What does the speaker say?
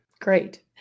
Great